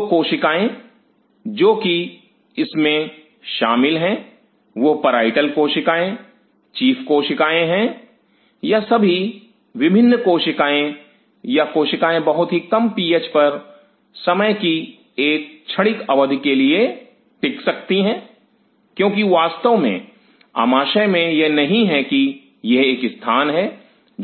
तो कोशिकाएं जो कि इसमें शामिल है वह पराइटल कोशिकाएं चीफ कोशिकाएं हैं यह सभी विभिन्न कोशिकाएं या कोशिकाएं बहुत ही कम पीएच पर समय की एक क्षणिक अवधि के लिए टिक सकती हैं क्योंकि वास्तव में आमाशय में यह नहीं है कि यह एक स्थान है